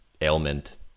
ailment